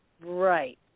Right